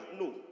No